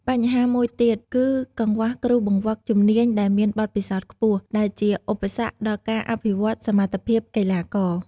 បញ្ហាមួយទៀតគឺកង្វះគ្រូបង្វឹកជំនាញដែលមានបទពិសោធន៍ខ្ពស់ ដែលជាឧបសគ្គដល់ការអភិវឌ្ឍសមត្ថភាពកីឡាករ។